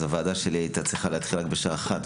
אז הוועדה שלי הייתה צריכה להתחיל רק בשעה 13:00,